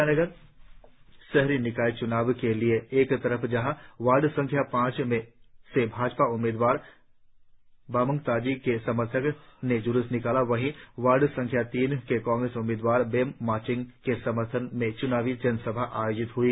ईटानगर शहरी निकाय चुनाव के लिए एक तरफ जहां वार्ड संख्या पांच से भाजपा उम्मीदवार बामंग ताजी के समर्थको ने ज्लूस निकाला वहीं वार्ड संख्या तीन से कांग्रेस उम्मीदवार बेम माचिंग के समर्थन में चुनावी जनसभा आयोजित हई